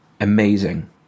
amazing